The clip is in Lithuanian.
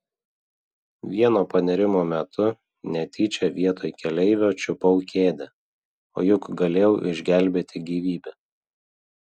vieno panėrimo metu netyčia vietoj keleivio čiupau kėdę o juk galėjau išgelbėti gyvybę